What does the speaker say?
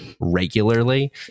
regularly